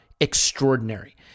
extraordinary